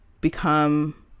become